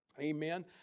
amen